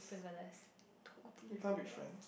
frivolous totally frivolous